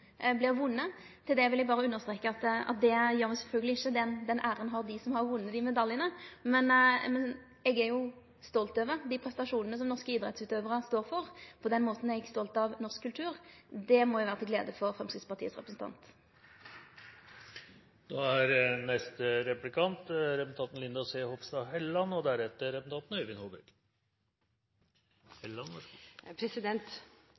vunne. Til det vil eg berre understreke at det gjer me sjølvsagt ikkje, den æra har dei som har vunne dei medaljane. Eg er stolt over dei prestasjonane som norske idrettsutøvarar står for, på den måten er eg stolt av norsk kultur. Det må vere til glede for Framstegspartiet sin representant. Vi fyller de tomme bassengene, lover Arbeiderpartiet når det er